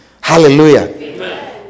hallelujah